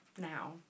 now